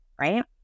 right